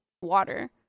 water